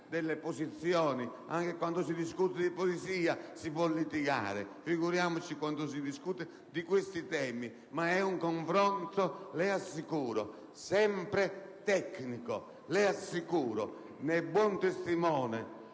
delle posizioni. Anche quando si discute di poesia si può litigare, figuriamoci quando si discute di questi temi. Ma si tratta di un confronto sempre tecnico, le assicuro. Ne è buon testimone